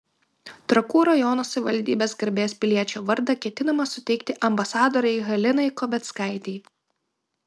trakų rajono savivaldybės garbės piliečio vardą ketinama suteikti ambasadorei halinai kobeckaitei